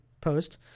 post